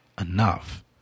enough